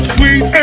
Sweet